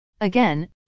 again